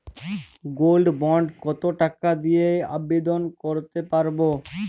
Gold bond কত টাকা দিয়ে আবেদন করতে পারবো?